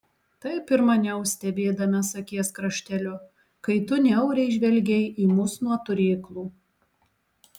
taip ir maniau stebėdamas akies krašteliu kai tu niauriai žvelgei į mus nuo turėklų